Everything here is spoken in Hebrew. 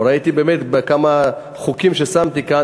ראיתי באמת בכמה חוקים ששמתי כאן,